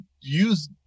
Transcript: use